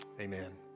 Amen